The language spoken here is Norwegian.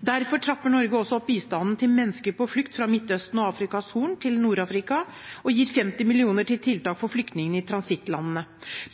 Derfor trapper også Norge opp bistanden til mennesker på flukt fra Midtøsten og Afrikas Horn til Nord-Afrika, og gir 50 mill. kr til tiltak for flyktninger i transittlandene.